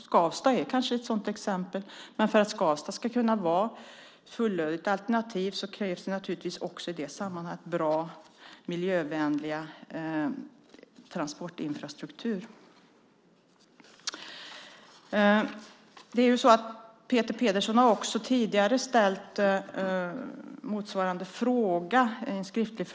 Skavsta är kanske ett sådant exempel, men för att Skavsta ska kunna vara ett fullödigt alternativ krävs det naturligtvis i det sammanhanget en bra miljövänlig transportinfrastruktur. Peter Pedersen har tidigare ställt motsvarande fråga skriftligt.